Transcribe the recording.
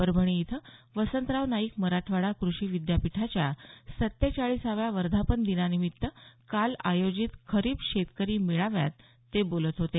परभणी इथं वसंतराव नाईक मराठवाडा कृषी विद्यापीठाच्या सत्तेचाळीसाव्या वर्धापन दिनानिमित्त काल आयोजित खरीप शेतकरी मेळाव्यात ते बोलत होते